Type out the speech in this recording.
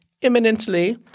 imminently